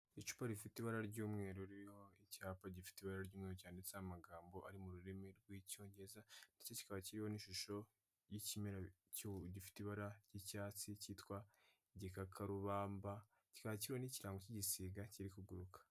Icupa rifite ibara ry'umweru ririho icyapa gifite ibara ry'umweru cyanditseho amagambo ari mu rurimi rw'icyongereza, ndetse kikaba kiriho n'ishusho y'ikimera gifite ibara ry'icyatsi cyitwa igikakarubamba, kikaba kiriho n'ikirango cy'igisiga kiri kuguruka.